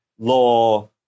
Law